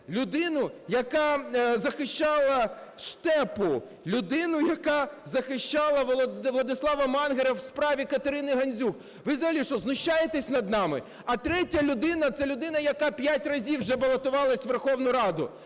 людину, яка захищала Штепу, людину, яка захищала Владислава Мангера в справі Катерини Гандзюк. Ви взагалі, що, знущаєтесь над нами? А третя людина – це людина, яка п'ять разів вже балотувалася в Верховну Раду.